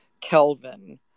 Kelvin